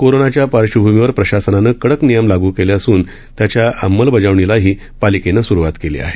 कोरोनाच्या पार्श्वभूमीवर प्रशासनानं कडक नियम लागू केले असून त्याच्या अंमलबजावणीलाही पालिकेनं सुरुवात केली आहे